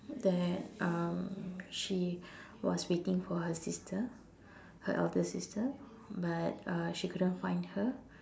that um she was waiting for her sister her elder sister but uh she couldn't find her